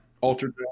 Altered